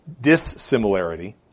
dissimilarity